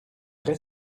vrai